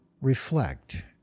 reflect